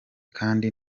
kandi